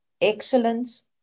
excellence